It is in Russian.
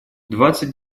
двадцать